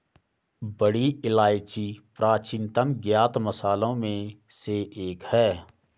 बड़ी इलायची प्राचीनतम ज्ञात मसालों में से एक है